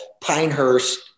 Pinehurst